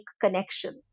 connection